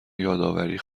یادآوری